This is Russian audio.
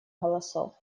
голосов